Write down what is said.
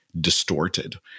distorted